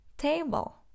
table